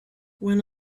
when